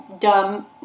dumb